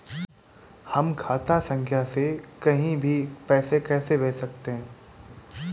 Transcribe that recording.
हम खाता संख्या से कहीं भी पैसे कैसे भेज सकते हैं?